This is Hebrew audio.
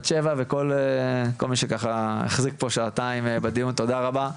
בת שבע וכל מי שככה החזיק פה שעתיים בדיון תודה רבה,